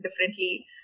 differently